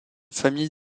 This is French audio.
famille